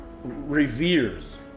reveres